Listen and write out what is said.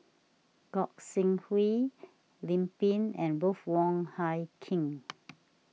Gog Sing Hooi Lim Pin and Ruth Wong Hie King